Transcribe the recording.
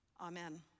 Amen